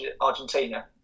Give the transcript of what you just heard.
Argentina